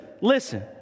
listen